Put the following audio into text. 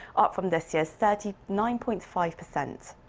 up from this year's thirty nine point five percent.